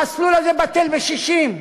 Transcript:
המסלול הזה בטל בשישים,